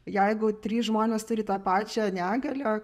jeigu trys žmonės turi tą pačią negalią